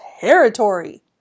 territory